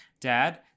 Dad